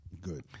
Good